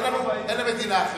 אין מדינה אחרת.